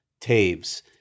Taves